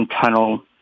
tunnel